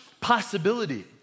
possibility